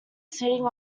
sitting